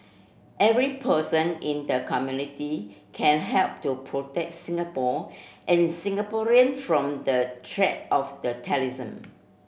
every person in the community can help to protect Singapore and Singaporeans from the threat of the terrorism